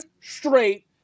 straight